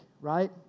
right